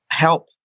Help